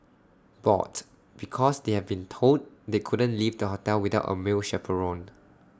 bored because they have been told they couldn't leave the hotel without A male chaperone